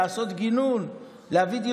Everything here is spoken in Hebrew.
לעשות גינון,